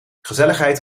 gezelligheid